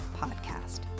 Podcast